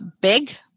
big